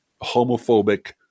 homophobic